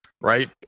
right